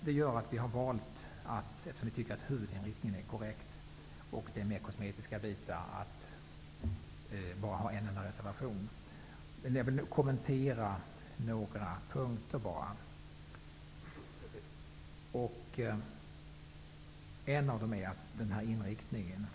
Det gör att vi har valt -- eftersom vi tycker att huvudinriktningen i propositionen är korrekt med bara få kosmetiska ändringar -- att bara avge en reservation. Jag skall nu kommentera några punkter i propositionen.